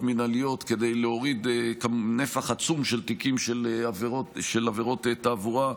מינהליות כדי להוריד נפח עצום של תיקים של העבירות תעבורה,